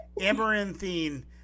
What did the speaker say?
amaranthine